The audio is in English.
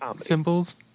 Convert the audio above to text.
symbols